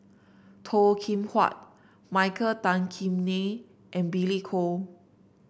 Toh Kim Hwa Michael Tan Kim Nei and Billy Koh